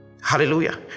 hallelujah